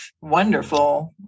wonderful